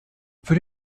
für